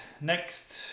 next